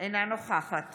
אינה נוכחת